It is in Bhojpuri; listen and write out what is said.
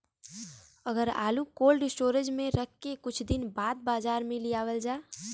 अगर आलू कोल्ड स्टोरेज में रख के कुछ दिन बाद बाजार में लियावल जा?